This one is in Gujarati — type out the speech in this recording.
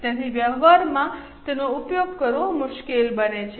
તેથી વ્યવહારમાં તેનો ઉપયોગ કરવો મુશ્કેલ બને છે